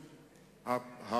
סליחה,